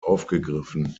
aufgegriffen